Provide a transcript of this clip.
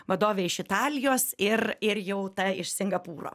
vadovė iš italijos ir ir jau ta iš singapūro